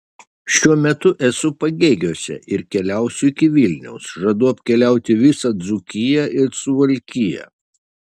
šiuo metu esu pagėgiuose ir keliausiu iki vilniaus žadu apkeliauti visą dzūkiją ir suvalkiją